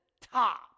top